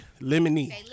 lemony